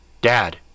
Dad